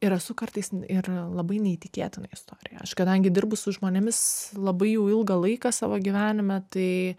ir esu kartais ir labai neįtikėtina istorija aš kadangi dirbu su žmonėmis labai jau ilgą laiką savo gyvenime tai